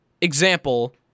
example